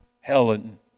Helen